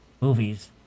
movies